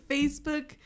Facebook